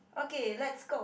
okay let's go